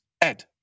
Ed